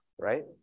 right